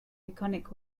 iconic